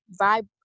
vibe